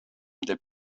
деп